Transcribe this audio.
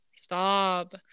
Stop